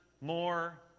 more